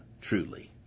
truly